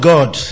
God